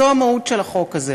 זאת המהות של החוק הזה.